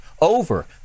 over